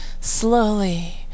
slowly